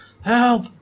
help